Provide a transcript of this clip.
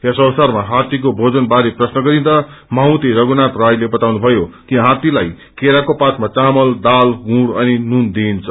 यस अवसरमा हात्तीको पोजन बारे प्रश्न गरिँदा माहुते रपुनाथ रायले बताउनुभयो कि हात्तीलाई केराको पातमा चामल दालगुँड अनि नून दिइन्छ